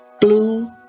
blue